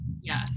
yes